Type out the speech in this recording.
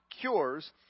cures